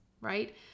right